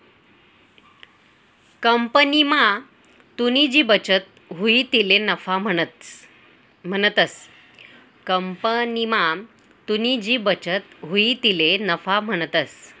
कंपनीमा तुनी जी बचत हुई तिले नफा म्हणतंस